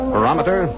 Barometer